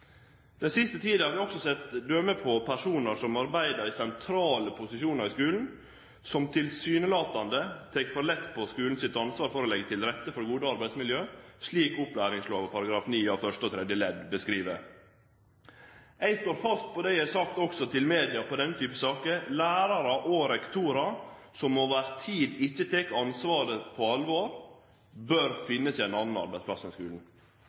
Den siste tida har vi òg sett døme på at personar som arbeider i sentrale posisjonar i skulen, tilsynelatande tek for lett på skulen sitt ansvar for å leggje til rette for gode arbeidsmiljø, slik opplæringslova § 9a første og tredje ledd beskriv. Eg står fast på det eg har sagt også i media om denne typen saker, at lærarar og rektorar som over tid ikkje tek ansvaret på alvor, bør finne seg ein annan arbeidsplass enn skulen.